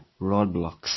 roadblocks